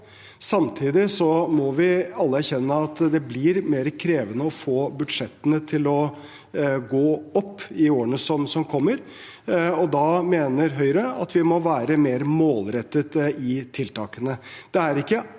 Samtidig må vi alle erkjenne at det blir mer krevende å få budsjettene til å gå opp i årene som kommer. Da mener Høyre at vi må være mer målrettet i tiltakene. Det er ikke